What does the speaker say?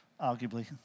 arguably